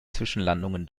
zwischenlandungen